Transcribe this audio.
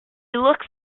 looks